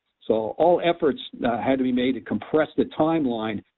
so all efforts had to be made to compress the timeline.